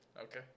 Okay